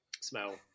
smell